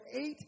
eight